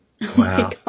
Wow